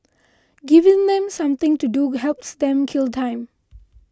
giving them something to do helps them kill time